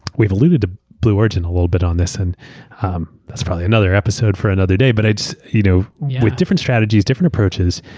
we've alluded ah blue origin a little bit on this and um that's probably another episode for another day, but you know with different strategies, different approaches,